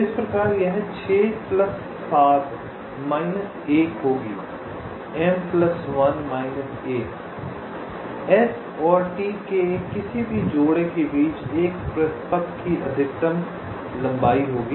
इस प्रकार यह होगी s और t के किसी भी जोड़े के बीच एक पथ की अधिकतम लंबाई होगी